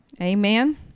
Amen